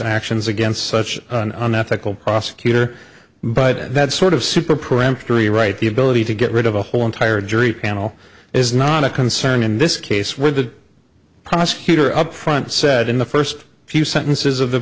actions against such an unethical prosecutor but that sort of super peremptory right the ability to get rid of a whole entire jury panel is not a concern in this case with the prosecutor up front said in the first few sentences of the